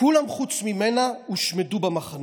כולם חוץ ממנה הושמדו במחנות.